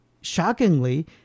shockingly